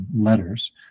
Letters